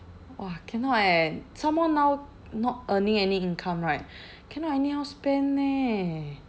!wah! cannot eh some more now not earning any income right cannot anyhow spend eh